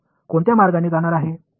இது எந்த வழியில் செல்லப் போகிறது